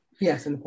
yes